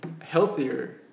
healthier